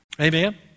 Amen